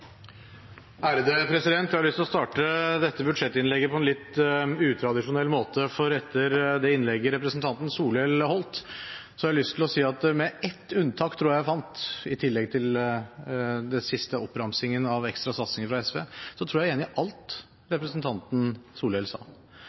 Jeg har lyst til å starte dette budsjettinnlegget på en litt utradisjonell måte, for etter det innlegget representanten Solhjell holdt, har jeg lyst til å si at med ett unntak i tillegg til den siste oppramsingen av ekstra satsinger fra SV, tror jeg at jeg er enig i alt representanten Solhjell sa.